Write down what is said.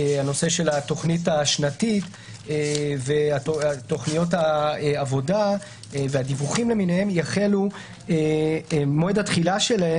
נושא התוכנית השנתית ותוכניות העבודה והדיווחים למיניהם מועד תחילתם